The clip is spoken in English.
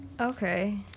Okay